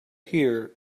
here